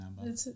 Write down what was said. number